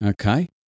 okay